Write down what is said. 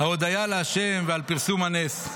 ההודיה להשם ופרסום הנס.